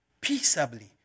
peaceably